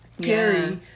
Gary